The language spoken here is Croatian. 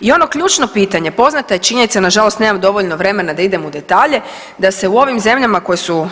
I ono ključno pitanje, poznata je činjenica, nažalost nemam dovoljno vremena da idem u detalje da se u ovim zemljama koje su